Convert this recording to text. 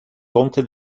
conte